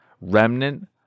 Remnant